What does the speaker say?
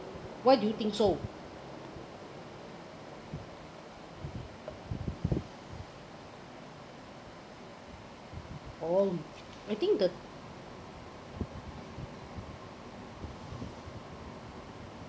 why do you think so oh I think the